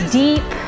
deep